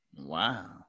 Wow